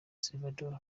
salvator